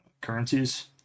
currencies